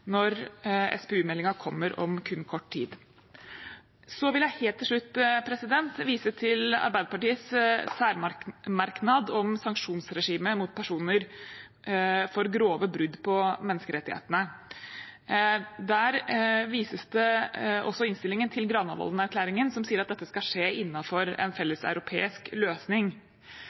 når SPU-meldingen kommer om kun kort tid. Så vil jeg helt til slutt vise til Arbeiderpartiets særmerknad om sanksjonsregimet mot personer for grove brudd på menneskerettighetene. Der vises det også i innstillingen til Granavolden-plattformen, som sier at dette skal skje innenfor en felles europeisk løsning.